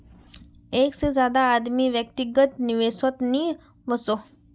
एक से ज्यादा आदमी व्यक्तिगत निवेसोत नि वोसोह